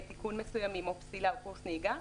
תיקון מסוימים או פסילה או קורס נהיגה,